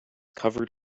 covered